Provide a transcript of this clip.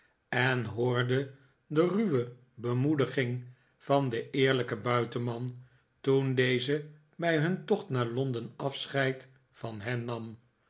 en hoorde de ruwe bemoediging van den eerlijken buitenman toen deze bij hun tocht naar londen afscheid van hen nam